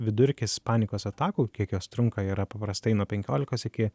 vidurkis panikos atakų kiek jos trunka yra paprastai nuo penkiolikos iki